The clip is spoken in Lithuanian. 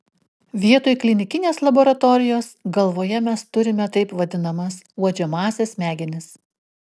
vietoj klinikinės laboratorijos galvoje mes turime taip vadinamas uodžiamąsias smegenis